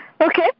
Okay